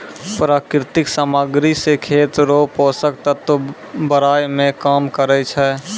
प्राकृतिक समाग्री से खेत रो पोसक तत्व बड़ाय मे काम करै छै